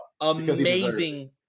amazing